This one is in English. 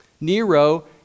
Nero